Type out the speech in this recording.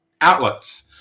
outlets